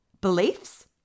Beliefs